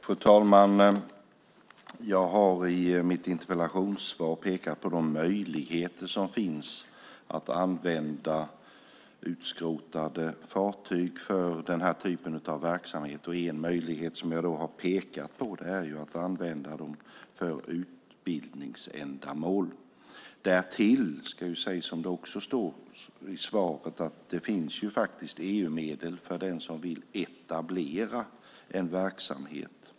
Fru talman! Jag har i mitt interpellationssvar pekat på de möjligheter som finns att använda utskrotade fartyg för denna typ av verksamhet. En möjlighet som jag har pekat på är att använda dem för utbildningsändamål. Därtill ska jag säga, vilket också står i svaret, att det faktiskt finns EU-medel för den som vill etablera en verksamhet.